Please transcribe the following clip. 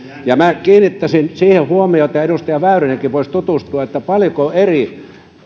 minä kiinnittäisin huomiota siihen ja edustaja väyrynenkin voisi tutustua siihen paljonko eri